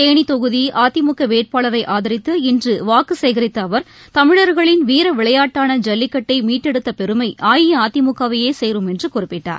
தேனி தொகுதி அதிமுக வேட்பாளரை ஆதரித்து இன்று வாக்கு சேகரித்த அவர் தமிழர்களின் வீர விளையாட்டான ஜல்லிக்கட்டை மீட்டெடுத்த பெருமை அஇஅதிமுகவையே சேரும் என்று குறிப்பிட்டார்